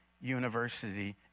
University